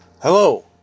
Hello